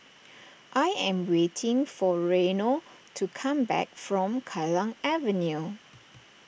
I am waiting for Reino to come back from Kallang Avenue